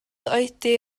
oedi